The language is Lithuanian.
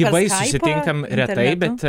gyvai susitinkam retai bet